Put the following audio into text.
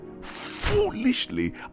foolishly